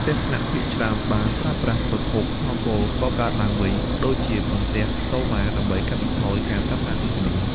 ផ្ទះស្នាក់ភាគច្រើនបានប្រើប្រាស់ប្រភព ថាមពលកកើតឡើងវិញ ដូចជាបន្ទះសូឡា ដើម្បីកាត់បន្ថយការប្រើប្រាស់អគ្គិសនី។